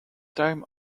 time